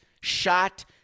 shot